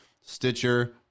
Stitcher